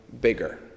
bigger